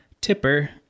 Tipper